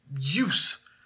use